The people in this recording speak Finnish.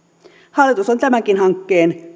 hallitus on tämänkin hankkeen